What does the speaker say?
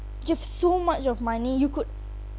you've so much of money you could